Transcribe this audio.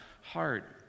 heart